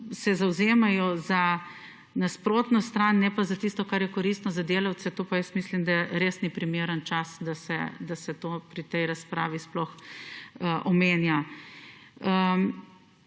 se zavzemajo za nasprotno stran ne pa za tisto, kar je koristno za delavce, to pa jaz mislim, da res ni primeren čas, da se to pri tej razpravi sploh omenja.